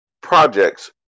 projects